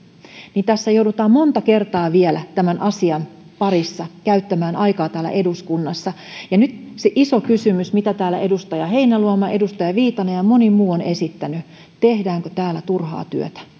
tässä joudutaan monta kertaa vielä tämän asian parissa käyttämään aikaa täällä eduskunnassa ja nyt se iso kysymys mitä täällä edustaja heinäluoma edustaja viitanen ja moni muu ovat esittäneet tehdäänkö täällä turhaa työtä